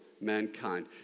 mankind